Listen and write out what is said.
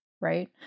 right